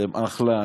אתם אחלה.